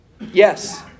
Yes